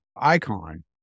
icon